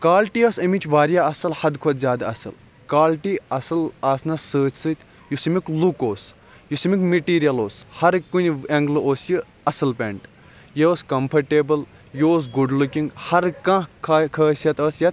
quality ٲسۍ امِچ واریاہ اصٕل حَدٕ کھۄتہٕ زیادٕ اصٕل کالٹی اصٕل آسنَس سۭتۍ سۭتۍ یُس امیُک لُک اوس یُس امیُک میٚٹیٖریل اوس ہر کُنہِ ایٚنٛگلہٕ اوس یہِ اصٕل پیٚنٛٹ یہِ اوس کَمفٲٹیبٕل یہِ اوس گُڈ لُکِنٛٛگ ہَر کانٛہہ خا خٲصیت ٲسۍ یتھ